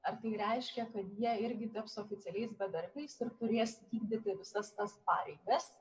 ar tai reiškia kad jie irgi taps oficialiais bedarbiais ir turės vykdyti visas tas pareigas